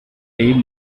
dave